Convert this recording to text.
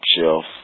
Shelf